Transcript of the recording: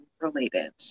related